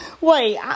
Wait